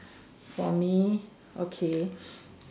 for me okay